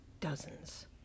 dozens